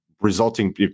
resulting